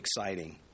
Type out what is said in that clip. exciting